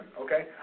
okay